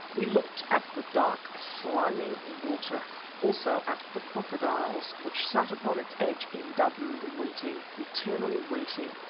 we looked at the dark, slimy water also at the crocodiles which sat upon its edge in dozens waiting, eternally waiting,